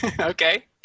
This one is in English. Okay